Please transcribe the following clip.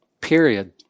period